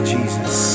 Jesus